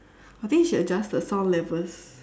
I think she adjust the sound levels